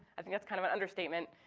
i think that's kind of an understatement.